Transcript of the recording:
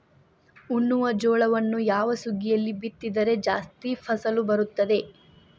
ಉಣ್ಣುವ ಜೋಳವನ್ನು ಯಾವ ಸುಗ್ಗಿಯಲ್ಲಿ ಬಿತ್ತಿದರೆ ಜಾಸ್ತಿ ಫಸಲು ಬರುತ್ತದೆ?